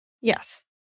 Yes